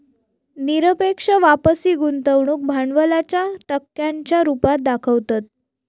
निरपेक्ष वापसी गुंतवणूक भांडवलाच्या टक्क्यांच्या रुपात दाखवतत